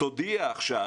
תודיע עכשיו,